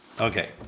Okay